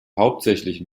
hauptsächlich